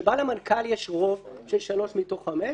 שבה למנכ"ל יש רוב של שלוש מתוך חמש.